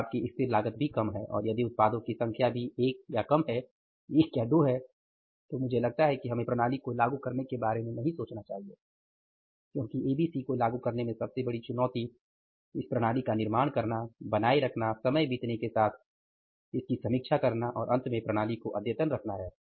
तो आपकी स्थिर लागत भी कम है और यदि उत्पादों की संख्या भी एक या कम है एक या दो हैं तो मुझे लगता है कि हमें प्रणाली को लागू करने के बारे में नहीं सोचना चाहिए क्योंकि ABC को लागू करने में सबसे बड़ी चुनौती इस प्रणाली का निर्माण करना बनाए रखना समय बीतने के साथ इसकी समीक्षा करना और अंत में प्रणाली को अद्यतन रखना है